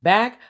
Back